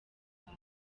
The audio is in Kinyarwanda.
wawe